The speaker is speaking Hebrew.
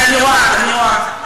אני רואה, אני רואה.